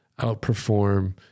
outperform